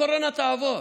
הקורונה תעבור,